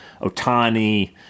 Otani